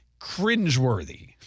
cringeworthy